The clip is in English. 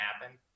happen